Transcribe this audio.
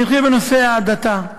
אני אתחיל בנושא ההדתה.